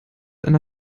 einer